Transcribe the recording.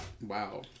wow